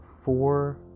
four